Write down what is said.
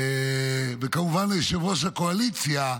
כמובן, ליושב-ראש הקואליציה,